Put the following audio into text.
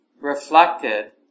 reflected